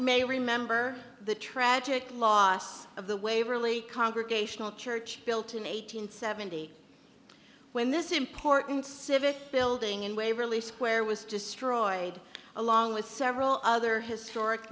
may remember the tragic loss of the waverly congregational church built in eight hundred seventy when this important civic building in waverly square was destroyed along with several other historic